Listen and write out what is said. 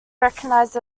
recognized